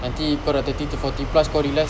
nanti kau dah thirty to forty plus kau realised